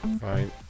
Fine